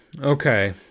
Okay